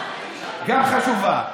גם חשובה,